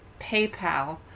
PayPal